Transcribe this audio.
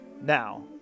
Now